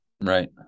Right